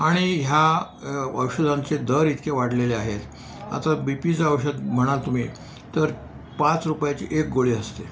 आणि ह्या औषधांचे दर इतके वाढलेले आहेत आता बी पीचं औषध म्हणाल तुम्ही तर पाच रुपयाची एक गोळी असते